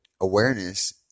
awareness